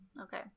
Okay